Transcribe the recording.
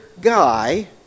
guy